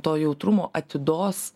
to jautrumo atidos